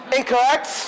Incorrect